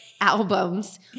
albums